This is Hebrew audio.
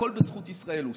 הכול בזכות ישראל הושג.